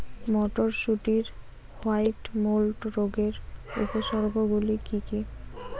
মটরশুটির white mould রোগের উপসর্গগুলি কী কী?